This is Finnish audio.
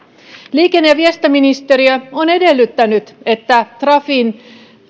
liikenne ja viestintäministeriö on edellyttänyt että trafin